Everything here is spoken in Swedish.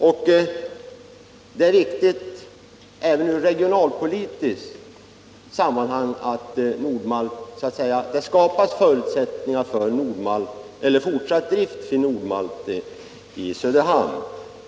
Även från regionalpo litisk synpunkt är det viktigt att det skapas förutsättningar för fortsatt drift vid Nord-Malt i Söderhamn.